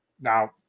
now